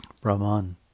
Brahman